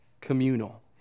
communal